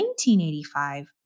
1985